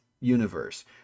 universe